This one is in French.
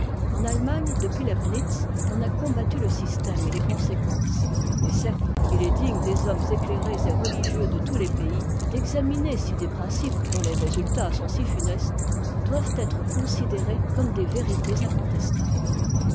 en allemagne depuis leibnitz on a combattu le système et les conséquences et certes il est digne des hommes éclairés et religieux de tous les pays d'examiner si des principes dont les résultats sont si funestes doivent être considérés comme des vérités incontestables